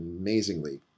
amazingly